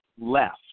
left